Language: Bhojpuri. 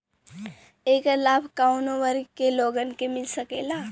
ऐकर लाभ काउने वर्ग के लोगन के मिल सकेला?